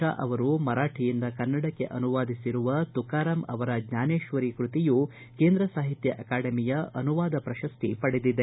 ಶಾ ಅವರು ಮರಾಠಿಯಿಂದ ಕನ್ನಡಕ್ಕೆ ಅನುವಾದಿಸಿರುವ ತುಕಾರಾಂ ಅವರ ಜ್ವಾನೇಶ್ವರಿ ಕೃತಿಯು ಕೇಂದ್ರ ಸಾಹಿತ್ಯ ಅಕಾಡೆಮಿಯ ಅನುವಾದ ಪ್ರಶಸ್ತಿ ಪಡೆದಿದೆ